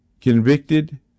convicted